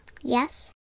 Yes